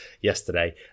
yesterday